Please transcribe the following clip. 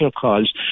calls